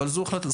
אבל זו זכותכם.